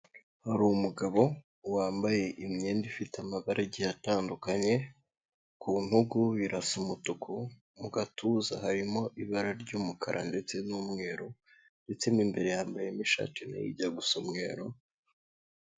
Hari umugabo wambaye imyenda ifite amabara agiye atandukanye, ku ntugu birasa umutuku, mu gatuza harimo ibara ry'umukara ndetse n'umweru ndetse mo imbere yambayemo ishati nayo ijya gusa umweru.